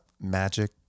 magic